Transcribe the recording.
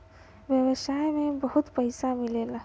व्यवसाय में बहुत पइसा मिलेला